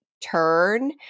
turn